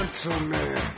Gentleman